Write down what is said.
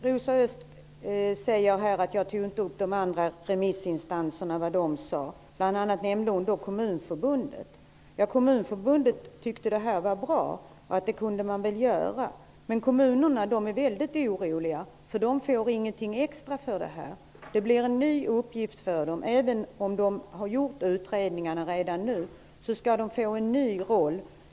Rosa Östh påstod att jag inte tog upp vad de andra remissinstanserna sade. Hon nämnde då bl.a. Kommunförbundet. Kommunförbundet tyckte att förslaget var bra. Men kommunerna är väldigt oroliga, eftersom de inte får något extra för detta. Det blir en ny uppgift för dem. Även om de tidigare har gjort utredningar, skall de nu få en ny roll.